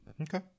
Okay